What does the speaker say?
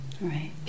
right